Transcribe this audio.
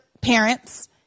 parents